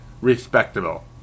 respectable